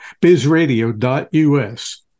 bizradio.us